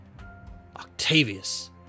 Octavius